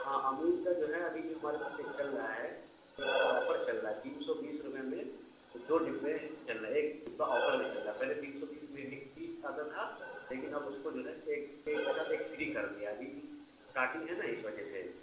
ہاں امول کا جو ہے ابھی جو ہمارے پاس ایک چل رہا ہے ایک آفر چل رہا ہے تین سو بیس روپے میں دو ڈبے چل رہے ایک ڈبا آفر میں چل رہا ہے پہلے تین سو بیس میں ایک ہی آتا تھا لیکن اب اس کو جو ہے ایک ایک کے ساتھ ایک فری کر دیا ہے ابھی شادی ہے نا اس وجہ سے